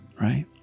right